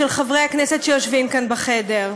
של חברי הכנסת שיושבים כאן בחדר,